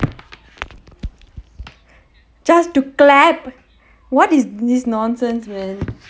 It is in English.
just to clap what is this nonsense man